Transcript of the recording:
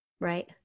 Right